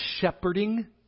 shepherding